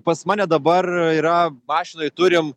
pas mane dabar yra mašinoj turim